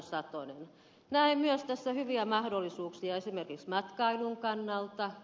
näen myös tässä hyviä mahdollisuuksia esimerkiksi matkailun kannalta